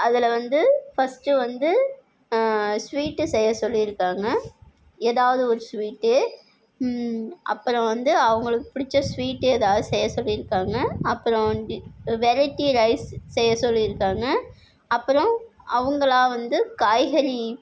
அதில் வந்து ஃபர்ஸ்டு வந்து ஸ்வீட்டு செய்ய சொல்லியிருக்காங்க ஏதாவது ஒரு ஸ்வீட்டு அப்பறம் வந்து அவங்களுக்கு பிடிச்ச ஸ்வீட்டு ஏதாவது செய்ய சொல்லியிருக்காங்க அப்பறம் வந்து வெரைட்டி ரைஸ் செய்ய சொல்லியிருக்காங்க அப்பறம் அவங்களா வந்து காய்கறி